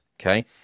okay